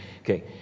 Okay